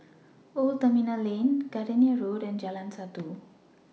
Old Terminal Lane Gardenia Road and Jalan Satu